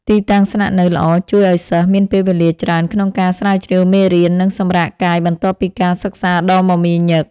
ទីតាំងស្នាក់នៅល្អជួយឱ្យសិស្សមានពេលវេលាច្រើនក្នុងការស្រាវជ្រាវមេរៀន និងសម្រាកកាយបន្ទាប់ពីការសិក្សាដ៏មមាញឹក។